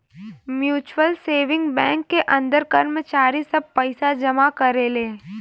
mutual saving bank के अंदर कर्मचारी सब पइसा जमा करेले